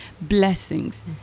blessings